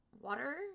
water